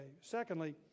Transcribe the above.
Secondly